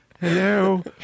hello